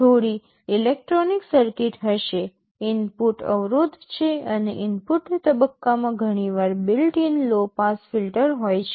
થોડી electronic circuit હશે input અવરોધ છે અને ઇનપુટ તબક્કામાં ઘણીવાર built in low pass filter હોય છે